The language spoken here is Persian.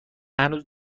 هنوز